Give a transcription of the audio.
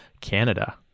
Canada